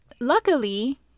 Luckily